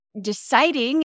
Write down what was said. deciding